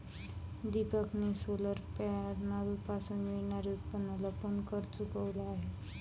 दीपकने सोलर पॅनलपासून मिळणारे उत्पन्न लपवून कर चुकवला आहे